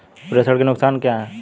प्रेषण के नुकसान क्या हैं?